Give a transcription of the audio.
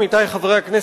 עמיתי חברי הכנסת,